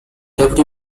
deputy